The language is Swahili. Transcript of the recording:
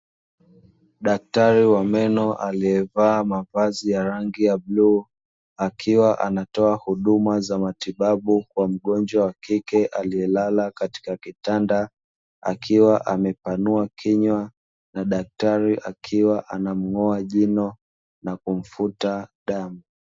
Daktari wa meno aliyevaa mavazi ya rangi ya bluu, akiwa anatoa huduma za matibabu kwa mgonjwa wa kike aliyelala katika kitanda, akiwa amepanua kinywa na daktari akiwa anamng'oa jino na kumfuta damu.